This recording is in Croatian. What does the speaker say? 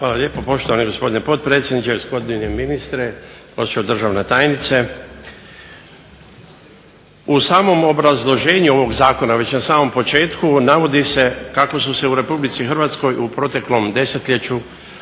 Hvala lijepo poštovani gospodine potpredsjedniče, gospodine ministre, gospođo državna tajnice. U samom obrazloženju ovog zakona, već na samom početku, navodi se kako su se u RH u proteklom desetljeću